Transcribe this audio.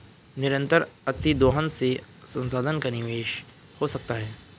निरंतर अतिदोहन से संसाधन का विनाश हो सकता है